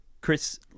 Chris